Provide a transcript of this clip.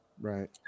Right